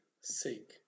seek